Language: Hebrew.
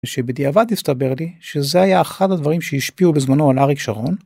ושבדיעבד הסתבר לי שזה היה אחד הדברים שהשפיעו בזמנו על אריק שרון.